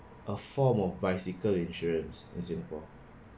a form of bicycle insurance in singapore